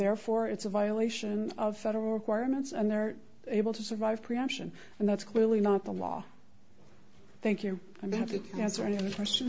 therefore it's a violation of federal requirements and they're able to survive preemption and that's clearly not the law thank you and they have to answer any question